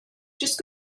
just